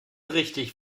richtig